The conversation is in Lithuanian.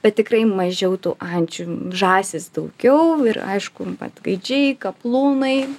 bet tikrai mažiau tų ančių žąsys daugiau ir aišku vat gaidžiai kaplūnai